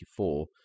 1984